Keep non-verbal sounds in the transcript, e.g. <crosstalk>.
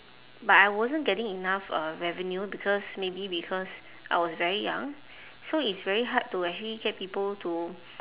but I wasn't getting enough uh revenue because maybe because I was very young so it's very hard to actually get people to <noise>